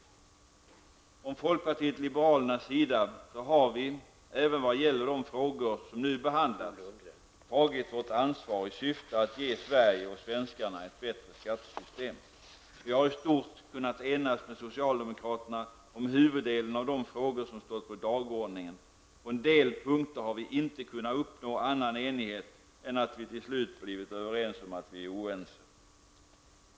Från folkpartiet liberalernas sida har vi även vad gäller de frågor som nu behandlats tagit vårt ansvar i syfte att ge Sverige och svenskarna ett bättre skattesystem. Vi har i stort kunnat enas med socialdemokraterna om huvuddelen av de frågor som stått på dagordningen. På en del punkter har vi inte kunnat uppnå annan enighet än att vi till slut blivit överens om att vi är oense.